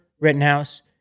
Rittenhouse